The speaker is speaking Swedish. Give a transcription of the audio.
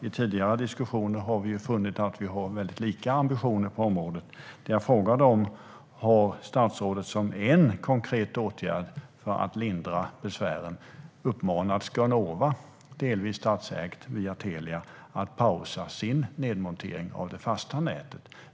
I tidigare diskussioner har vi ju funnit att vi har väldigt lika ambitioner på området. Jag frågade: Har statsrådet som en konkret åtgärd för att lindra besvären uppmanat Skanova, delvis statsägt via Telia, att pausa sin nedmontering av det fasta nätet?